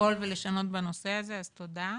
לפעול ולשנות בנושא הזה, אז תודה.